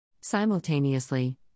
Simultaneously